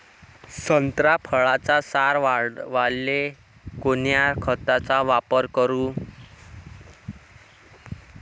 संत्रा फळाचा सार वाढवायले कोन्या खताचा वापर करू?